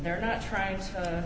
they're not trying to